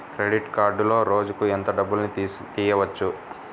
Credit కార్డులో రోజుకు ఎంత డబ్బులు తీయవచ్చు?